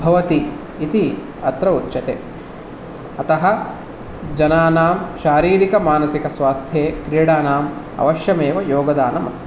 भवति इति अत्र उच्यते अतः जनानां शारीरिक मानसिक स्वास्थे क्रीडानाम् अवश्यमेव योगदानम् अस्ति